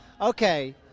Okay